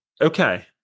Okay